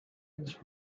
his